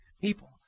people